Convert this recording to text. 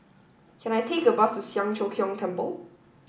can I take a bus to Siang Cho Keong Temple